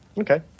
Okay